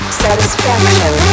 satisfaction